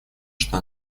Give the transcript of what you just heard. что